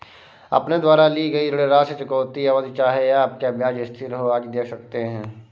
अपने द्वारा ली गई ऋण राशि, चुकौती अवधि, चाहे आपका ब्याज स्थिर हो, आदि देख सकते हैं